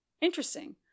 interesting